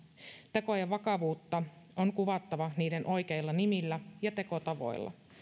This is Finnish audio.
tekojen vakavuutta on kuvattava niiden oikeilla nimillä ja tekotavoilla